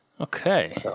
Okay